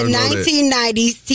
1990s